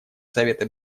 совета